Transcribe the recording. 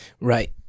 Right